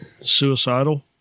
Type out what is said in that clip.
Suicidal